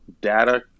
data